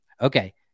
Okay